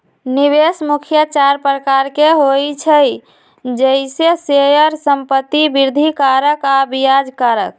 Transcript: निवेश मुख्य चार प्रकार के होइ छइ जइसे शेयर, संपत्ति, वृद्धि कारक आऽ ब्याज कारक